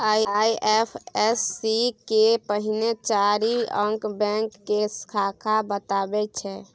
IFSC केर पहिल चारि अंक बैंक के शाखा बताबै छै